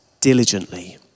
diligently